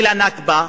של הנכבה,